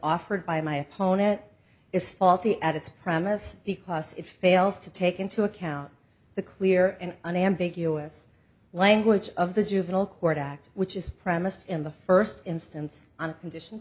offered by my opponent is faulty at its premises because if fails to take into account the clear and unambiguous language of the juvenile court act which is premised in the first instance on condition